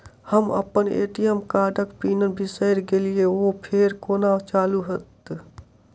हम अप्पन ए.टी.एम कार्डक पिन बिसैर गेलियै ओ फेर कोना चालु होइत?